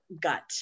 gut